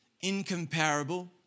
Incomparable